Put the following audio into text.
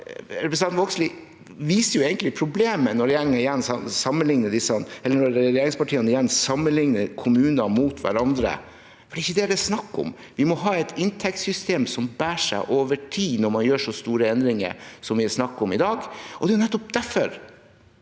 egentlig problemet når regjeringspartiene sammenligner kommuner med hverandre. Det er ikke det det er snakk om. Vi må ha et inntektssystem som bærer seg over tid, når man gjør så store endringer som vi snakker om i dag. Det er nettopp derfor